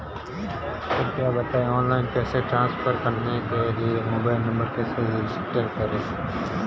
कृपया बताएं ऑनलाइन पैसे ट्रांसफर करने के लिए मोबाइल नंबर कैसे रजिस्टर करें?